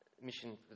Mission